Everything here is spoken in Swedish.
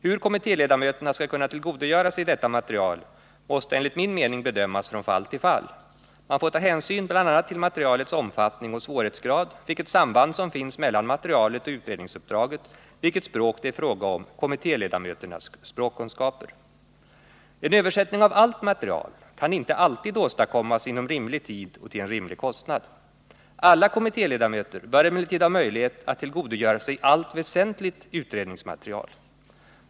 Hur kommittéledamöterna skall kunna tillgodogöra sig detta material måste enligt min mening bedömas från fall till fall. Man får ta hänsyn bl.a. till materialets omfattning och svårighetsgrad, vilket samband som finns mellan materialet och utredningsuppdraget, vilket språk det är fråga om och kommittéledamöternas språkkunskaper. En översättning av allt material kan inte alltid åstadkommas inom rimlig tid och till en rimlig kostnad. Alla kommittéledamöter böremellertid ha möjlighet att tillgodogöra sig allt väsentligt utredningsmaterial.